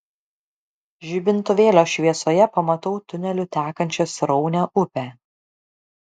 žibintuvėlio šviesoje pamatau tuneliu tekančią sraunią upę